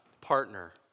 partner